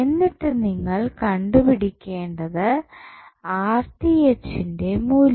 എന്നിട്ട് നിങ്ങൾ കണ്ടുപിടിക്കേണ്ടത് ന്റെ മൂല്യം